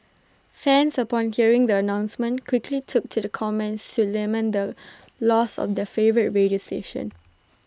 fans upon hearing the announcement quickly took to the comments to lament the loss of their favourite radio station